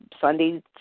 Sunday